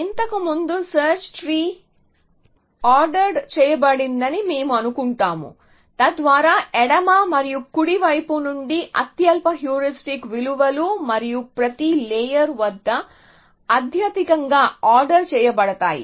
ఇంతకు ముందు search tree order చేయబడిందని మేము అనుకుంటాము తద్వారా ఎడమ మరియు కుడి వైపు నుండి అత్యల్ప హ్యూరిస్టిక్ విలువలు మరియు ప్రతి లేయర్ వద్ద అత్యధికంగా ఆర్డర్ చేయబడతాయి